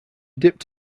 dipped